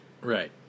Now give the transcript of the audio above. Right